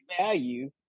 value